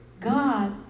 God